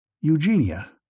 Eugenia